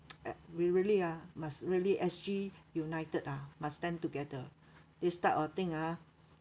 a~ we really ah must really S_G united ah must stand together this type of thing ah